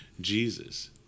Jesus